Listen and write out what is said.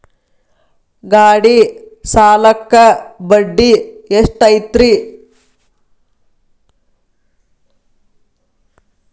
ಗಾಡಿ ಸಾಲಕ್ಕ ಬಡ್ಡಿ ಎಷ್ಟೈತ್ರಿ?